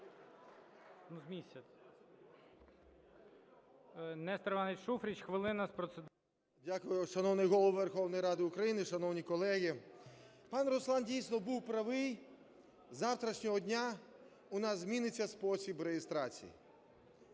Дякую. Шановний Голово Верховної Ради України і шановні колеги! Пан Руслан, дійсно, був правий, з завтрашнього дня у нас зміниться спосіб реєстрації.